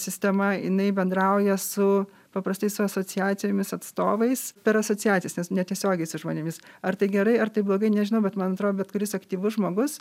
sistema jinai bendrauja su paprastai su asociacijomis atstovais per asociacijas nes netiesiogiai su žmonėmis ar tai gerai ar taip blogai nežinau bet man atrodo bet kuris aktyvus žmogus